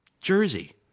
Jersey